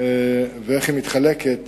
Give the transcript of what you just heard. ואיך היא נחלקת